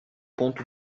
ponto